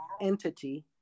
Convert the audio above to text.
entity